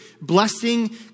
Blessing